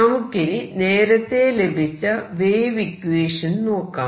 നമുക്കിനി നേരത്തെ ലഭിച്ച വേവ് ഇക്വേഷൻ നോക്കാം